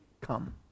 come